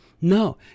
No